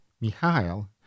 Mikhail